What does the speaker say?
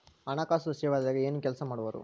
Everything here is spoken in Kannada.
ಹಣಕಾಸು ಸಚಿವಾಲಯದಾಗ ಏನು ಕೆಲಸ ಮಾಡುವರು?